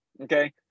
okay